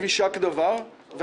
יישק דבר, בכל דבר.